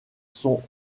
sont